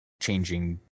changing